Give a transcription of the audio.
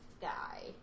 guy